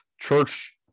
church